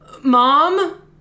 Mom